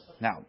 Now